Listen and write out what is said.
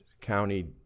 County